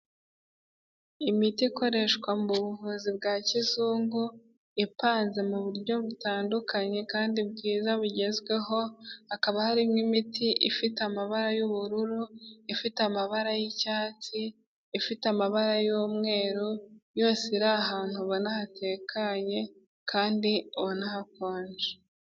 Imiti ikoreshwa mubu buvuzi bwa kizungu ipanze mu buryo butandukanye kandi bwiza bugezweho, hakaba harimo imiti ifite amabara y'ubururu, ifite amabara y'icyatsi, ifite amabara y'umweru, yose iri ahantu ubona hatekanye kandi ubona hakonje.